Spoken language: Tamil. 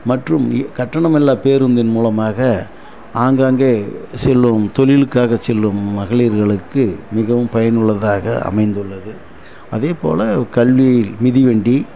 மற்றும் இ கட்டணமில்லா பேருந்தின் மூலமாக ஆங்காங்கே செல்லும் தொழிலுக்காக செல்லும் மகளிர்களுக்கு மிகவும் பயனுள்ளதாக அமைந்துள்ளது அதேப்போல் கல்வியில் மிதிவண்டி